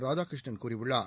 ராதாகிருஷ்ணன் கூறியுள்ளார்